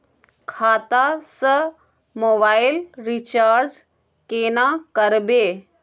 खाता स mobile recharge केना करबे?